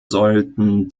sollten